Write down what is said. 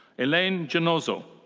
elaine janozo.